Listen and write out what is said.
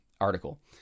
article